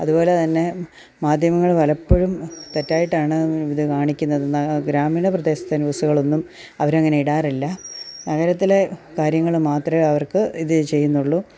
അതുപോലെ തന്നെ മാധ്യമങ്ങൾ പലപ്പോഴും തെറ്റായിട്ടാണ് ഇതു കാണിക്കുന്നതെന്നു ഗ്രാമീണപ്രദേശത്തെ ന്യുസുകളൊന്നും അവരങ്ങനെ ഇടാറില്ല നഗരത്തിലെ കാര്യങ്ങൾ മാത്രമേ അവർക്ക് ഇതു ചെയ്യുന്നുള്ളു